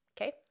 Okay